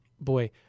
boy